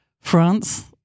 France